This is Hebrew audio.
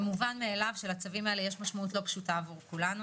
מובן מאליו שלצווים האלה יש משמעות לא פשוטה עבור כולנו.